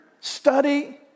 study